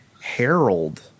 harold